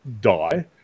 die